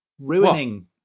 ruining